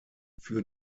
für